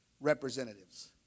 representatives